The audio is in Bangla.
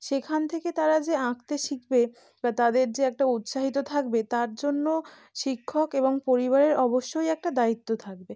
সেখান থেকে তারা যে আঁকতে শিখবে বা তাদের যে একটা উৎসাহিত থাকবে তার জন্যও শিক্ষক এবং পরিবারের অবশ্যই একটা দায়িত্ব থাকবে